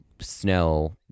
snow